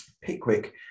Pickwick